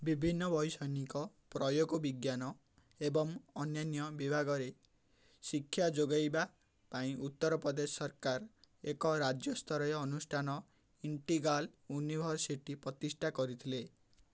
ବିଭିନ୍ନ ବୈଷୟିକ ପ୍ରୟୋଗବିଜ୍ଞାନ ଏବଂ ଅନ୍ୟାନ୍ୟ ବିଭାଗରେ ଶିକ୍ଷା ଯୋଗାଇବା ପାଇଁ ଉତ୍ତରପ୍ରଦେଶ ସରକାର ଏକ ରାଜ୍ୟସ୍ତରୀୟ ଅନୁଷ୍ଠାନ ଇଣ୍ଟିଗ୍ରାଲ୍ ୟୁନିଭର୍ସିଟି ପ୍ରତିଷ୍ଠା କରିଥିଲେ